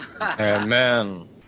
Amen